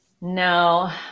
No